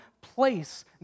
place